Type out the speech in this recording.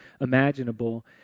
imaginable